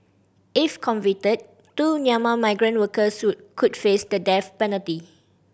if convicted two Myanmar migrant workers could face the death penalty